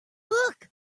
look